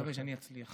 אני מקווה שאני אצליח.